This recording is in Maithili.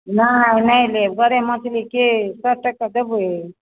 नहि नहि लेब गरइ मछलीके सए टके देबै